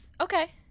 Okay